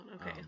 okay